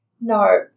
No